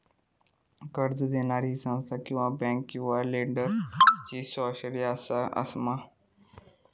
कर्ज दिणारी ही संस्था किवा बँक किवा लेंडर ती इस्वासाची आसा मा?